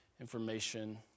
information